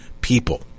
people